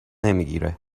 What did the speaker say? نمیگیره